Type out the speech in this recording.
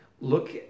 look